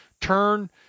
turn